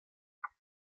eskemm